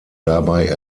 dabei